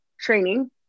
training